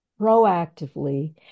proactively